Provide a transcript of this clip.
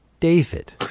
David